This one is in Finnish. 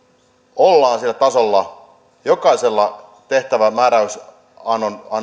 ollaan sillä tasolla jokaisella tehtävän määräyksenannon